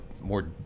more